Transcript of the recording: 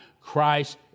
Christ